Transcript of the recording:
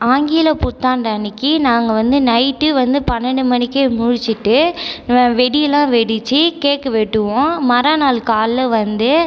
ஆங்கில புத்தாண்டு அன்றைக்கி நாங்கள் வந்து நைட்டு வந்து பன்னெண்டு மணிக்கே முழிச்சுட்டு வெடி எல்லாம் வெடித்து கேக்கு வெட்டுவோம் மறு நாள் காலையில் வந்து